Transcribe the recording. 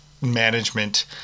management